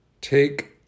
Take